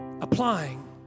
applying